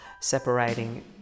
separating